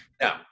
Now